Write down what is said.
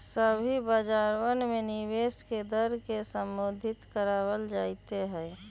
सभी बाजारवन में निवेश के दर के संशोधित करावल जयते हई